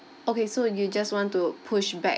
okay so you just want to push back